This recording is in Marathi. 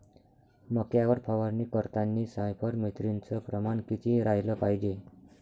मक्यावर फवारनी करतांनी सायफर मेथ्रीनचं प्रमान किती रायलं पायजे?